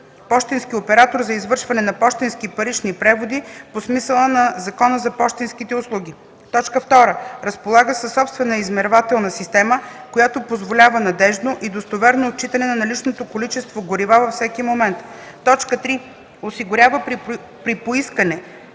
пощенски оператор за извършване на пощенски парични преводи по смисъла на Закона за пощенските услуги; 2. разполага със собствена измервателна система, която позволява надеждно и достоверно отчитане на наличното количество горива във всеки момент; 3. осигурява при поискване